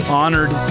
honored